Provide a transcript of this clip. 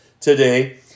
today